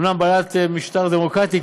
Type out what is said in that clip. אומנם בעלת משטר דמוקרטי,